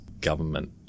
government